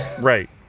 right